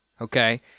okay